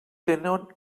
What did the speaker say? tenen